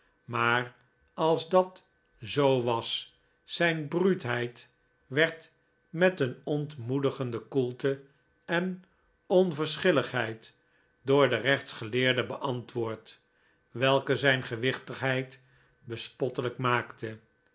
maar als dat zoo was zijn bruutheid werd met een ontmoedigende koelte en onverschilligheid door den rechtsgeleerde beantwoord welke zijn gewichtigheid bespottelijk maakte